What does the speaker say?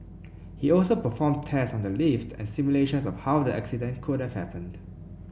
he also performed tests on the lift and simulations of how the accident could have happened